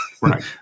Right